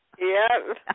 Yes